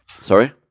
Sorry